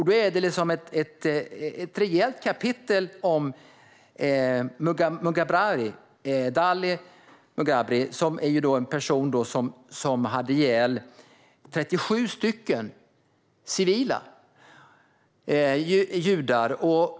Det är ett rejält kapitel om Dalal Mughrabi, som är en person som hade ihjäl 37 civila judar.